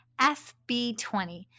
FB20